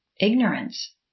ignorance